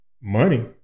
money